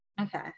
Okay